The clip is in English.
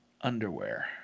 underwear